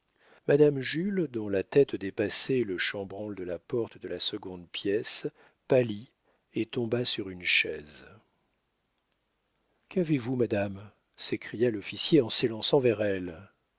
madame jules dont la tête dépassait le chambranle de la porte de la seconde pièce pâlit et tomba sur une chaise qu'avez-vous madame s'écria l'officier en s'élançant vers elle